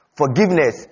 forgiveness